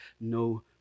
no